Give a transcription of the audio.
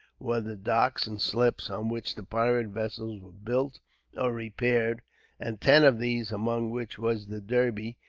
were the docks and slips on which the pirate vessels were built or repaired and ten of these, among which was the derby,